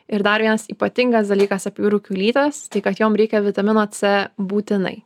ir dar vienas ypatingas dalykas apie jūrų kiaulytes tai kad jom reikia vitamino c būtinai